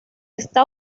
esta